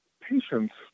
patients